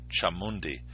Chamundi